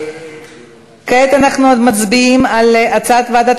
כעת אנחנו מצביעים על הצעת ועדת